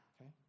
okay